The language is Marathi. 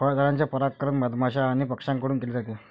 फळझाडांचे परागण मधमाश्या आणि पक्ष्यांकडून केले जाते